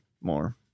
more